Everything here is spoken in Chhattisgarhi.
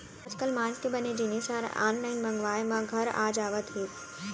आजकाल मांस के बने जिनिस ह आनलाइन मंगवाए म घर आ जावत हे